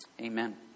Amen